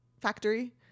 factory